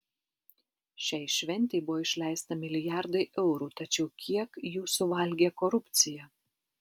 šiai šventei buvo išleista milijardai eurų tačiau kiek jų suvalgė korupcija